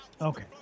okay